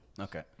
Okay